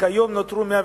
וכיום נותרו 112